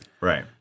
Right